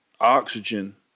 oxygen